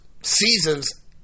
seasons